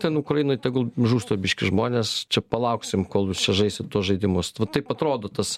ten ukrainoj tegul žūsta biškį žmonės čia palauksim kol jūs čia sužaisit tuos žaidimus va taip atrodo tas